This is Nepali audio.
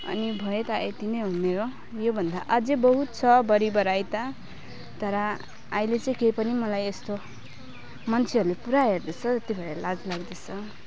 अनि भयो त यति नै हो मेरो यो भन्दा अझ बहुत छ बढी बढाइ त तर अहिले चाहिँ केही पनि मलाई यस्तो मान्छेहरूले पुरा हेर्दैछ त्यो भएर लाज लाग्दैछ